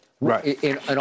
Right